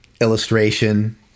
illustration